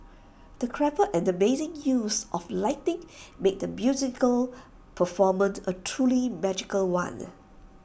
the clever and amazing use of lighting made the musical performance A truly magical one